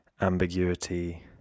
ambiguity